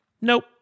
Nope